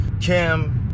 Kim